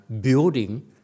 building